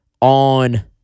on